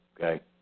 Okay